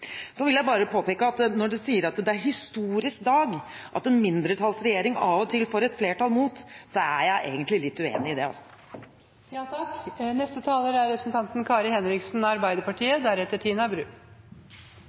Så vil jeg bare påpeke, når man sier at dette er en historisk dag, at en mindretallsregjering av og til får et flertall mot seg, så da er jeg egentlig litt uenig i det.